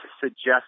suggest